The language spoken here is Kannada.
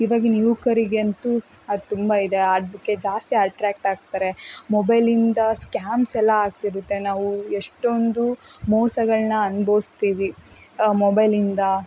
ಇವಾಗಿನ ಯುವಕರಿಗಂತೂ ಅದು ತುಂಬ ಇದೆ ಅದಕ್ಕೆ ಜಾಸ್ತಿ ಅಟ್ರಾಕ್ಟ್ ಆಗ್ತಾರೆ ಮೊಬೈಲಿಂದ ಸ್ಕ್ಯಾಮ್ಸ್ ಎಲ್ಲ ಆಗ್ತಿರುತ್ತೆ ನಾವು ಎಷ್ಟೊಂದು ಮೋಸಗಳನ್ನ ಅನ್ಬೋಸ್ತೀವಿ ಮೊಬೈಲಿಂದ